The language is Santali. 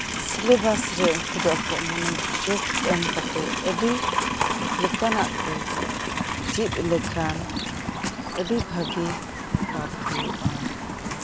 ᱥᱤᱞᱮᱵᱟᱥ ᱨᱮ ᱩᱱᱠᱩᱫᱚ ᱟᱠᱩᱣᱟᱜ ᱢᱚᱱᱚᱡᱚᱜ ᱮᱢ ᱠᱟᱛᱮᱜ ᱟᱹᱰᱤ ᱞᱮᱠᱟᱱᱟᱜ ᱠᱩ ᱪᱤᱫ ᱞᱮᱠᱷᱟᱱ ᱟᱹᱰᱤ ᱵᱷᱟᱜᱤ ᱞᱟᱵᱷ ᱦᱩᱭᱩᱜᱼᱟ